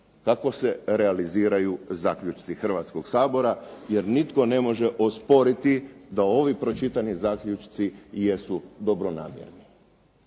kako se realiziraju zaključci Hrvatskog sabora, jer nitko ne može osporiti da ovi pročitani zaključci jesu dobronamjerni